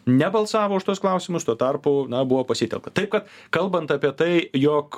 nebalsavo už tuos klausimus tuo tarpu na buvo pasitelkta taip kad kalbant apie tai jog